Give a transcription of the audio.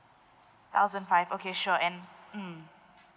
thousand five okay sure and mm